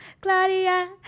Claudia